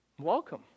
Welcome